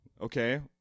Okay